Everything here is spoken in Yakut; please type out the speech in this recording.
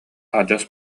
адьас